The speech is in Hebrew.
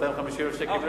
250,000 שקל,